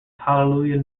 hallelujah